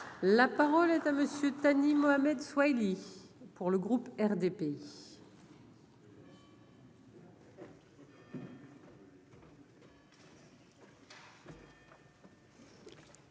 la parole est à monsieur Thani Mohamed Soihili pour le groupe RDPI.